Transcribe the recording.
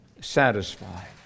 satisfied